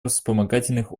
вспомогательных